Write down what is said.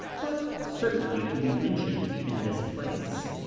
but certainly to be mentioned in this place.